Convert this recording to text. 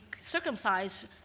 circumcised